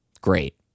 Great